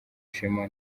ishema